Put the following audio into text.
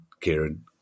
Kieran